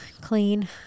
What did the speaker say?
clean